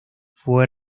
fue